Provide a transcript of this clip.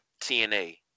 TNA